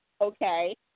okay